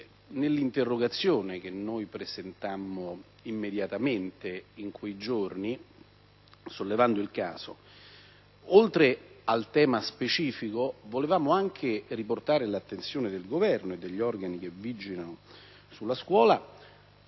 nell'interrogazione che noi abbiamo presentato immediatamente dopo la notizia, sollevando il caso, oltre al tema specifico, volevamo riportare l'attenzione del Governo e degli organi che vigilano sulla scuola